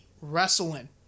wrestling